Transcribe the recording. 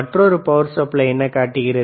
மற்றொரு power supply என்ன காட்டுகிறது